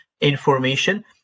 information